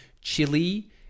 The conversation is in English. chili